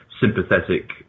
sympathetic